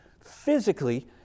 physically